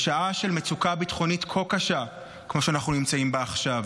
בשעה של מצוקה ביטחונית כה קשה כמו שאנחנו נמצאים בה עכשיו,